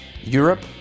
Europe